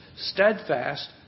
steadfast